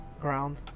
ground